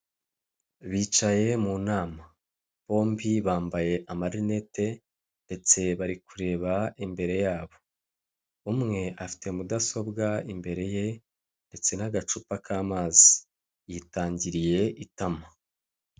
Bicaye mu nama bombi bambaye amarinete ndetse bari kurebe imbere yabo. Umwe afite mudasobwa imbere ye ndetse n'agacupa k'amazi yitangiriye itama.